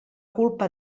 culpa